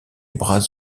bras